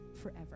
forever